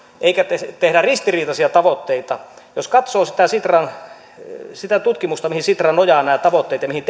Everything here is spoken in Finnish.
eikä tehdä ristiriitaisia tavoitteita jos katsoo sitä tutkimusta mihin sitra nojaa nämä tavoitteet ja mihin